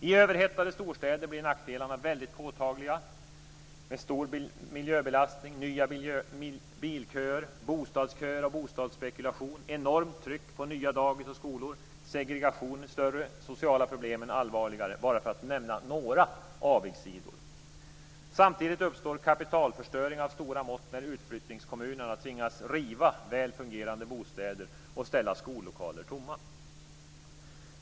I överhettade storstäder blir nackdelarna väldigt påtagliga med stor miljöbelastning, nya bilköer, bostadsköer och bostadsspekulation, enormt tryck på nya dagis och skolor, och segregationen blir större och de sociala problemen allvarligare, för att bara nämna några avigsidor. Samtidigt uppstår kapitalförstöring av stora mått när utflyttningskommunerna tvingas riva väl fungerande bostäder och ställa skollokaler tomma.